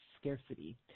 scarcity